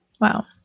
wow